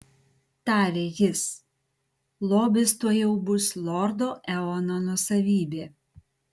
tarė jis lobis tuojau bus lordo eono nuosavybė